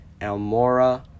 Elmora